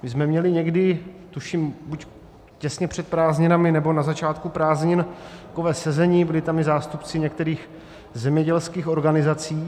My jsme měli někdy, tuším, těsně před prázdninami nebo na začátku prázdnin, takové sezení, byli tam i zástupci některých zemědělských organizací.